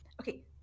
Okay